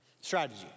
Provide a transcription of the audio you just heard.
strategy